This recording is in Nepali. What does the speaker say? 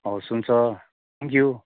हवस् हुन्छ थ्याङ्कयू